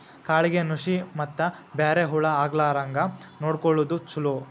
ಕಾಳಿಗೆ ನುಶಿ ಮತ್ತ ಬ್ಯಾರೆ ಹುಳಾ ಆಗ್ಲಾರಂಗ ನೊಡಕೊಳುದು ಚುಲೊ